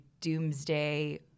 doomsday